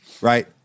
Right